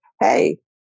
Hey